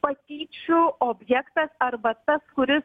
patyčių objektas arba tas kuris